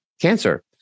cancer